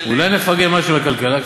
אולי נפרגן משהו לכלכלה קצת?